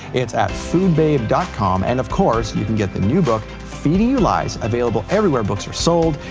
it's at foodbabe com, and of course, you can get the new book feeding you lies, available everywhere books are sold.